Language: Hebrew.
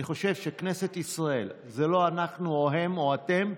אני חושב שכנסת ישראל זה לא אנחנו או הם או אתם,